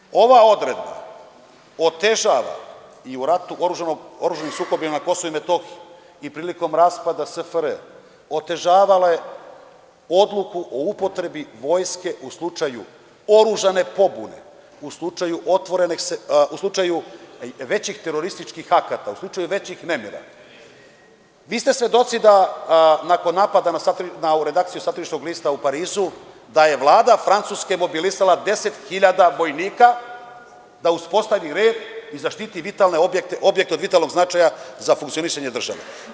Dame i gospodo, ova odredba otežava i u ratu oružanim sukobima na Kosovu i Metohiji i prilikom raspada SFRJ, otežavala je odluku o upotrebi Vojske u slučaju oružane pobune, u slučaju većih terorističkih akata, u slučaju većih nemira, a vi ste svedoci da nakon napada na ovu redakciju satiričnog lista u Parizu, da je Vlada Francuske mobilisala 10.000 vojnika, da uspostavi red i zaštiti vitalne objekte, odnosno objekte od vitalnog značaja za funkcionisanje države.